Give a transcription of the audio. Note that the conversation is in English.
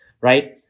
right